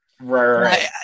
right